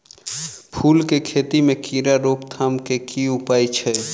फूल केँ खेती मे कीड़ा रोकथाम केँ की उपाय छै?